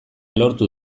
lortu